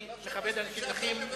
אני מכבד אנשים נכים.